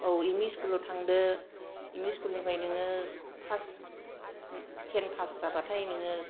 औ इमि स्कुलाव थांदो इमि स्कुल निफ्राय नोङो फास टेन फास जाबाथाय नोङो